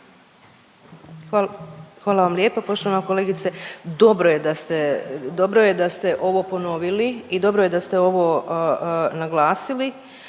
Hvala vam lijepa. Poštovana kolegice dobro je da ste ovo ponovili i dobro je da ste ovo naglasili